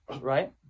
right